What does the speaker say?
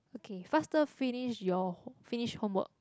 okay faster finish your finish homework